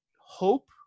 hope